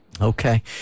Okay